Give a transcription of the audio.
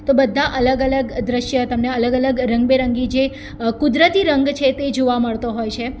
તો બધા અલગ અલગ દૃશ્ય તમને અલગ અલગ રંગબેરંગી જે કુદરતી રંગ છે તે જોવા મળતો હોય છે